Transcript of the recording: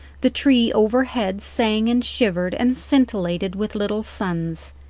the tree overhead sang and shivered and scintillated with little suns,